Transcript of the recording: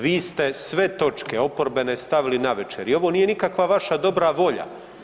Vi ste sve točke oporbene stavili navečer i ovo nije nikakva vaša dobra volja.